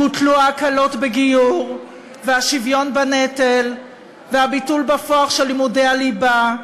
בוטלו ההקלות בגיור והשוויון בנטל ובוטלו בפועל לימודי הליבה.